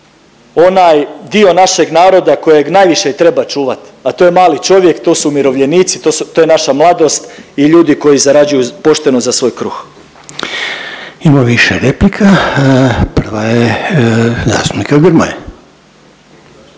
onaj dio našeg naroda kojeg najviše treba čuvat, a to je mali čovjek, to su umirovljenici, to je naša mladost i ljudi koji zarađuju pošteno za svoj kruh. **Reiner, Željko (HDZ)**